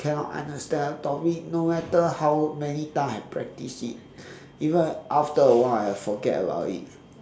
cannot understand a topic no matter how many time I practice it even after a while I forget about it